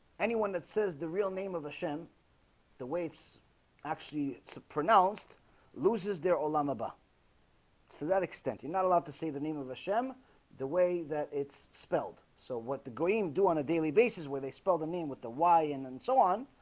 anyone that says the real name of hashem the weights actually it's a pronounced loses there olam, haba to that extent you're not allowed to say the name of hashem the way that it's spelled so what the green do on a daily basis where they spell the mean with the yn and and so on